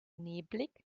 nebelig